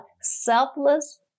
selfless